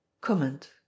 comment